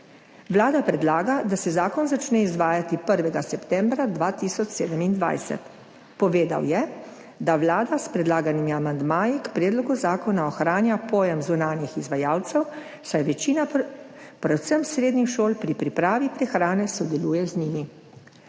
Vlada predlaga, da se zakon začne izvajati 1. septembra 2027. Povedal je, da vlada s predlaganimi amandmaji k predlogu zakona ohranja pojem zunanjih izvajalcev, saj večina, predvsem srednjih šol, pri pripravi prehrane sodeluje z njimi.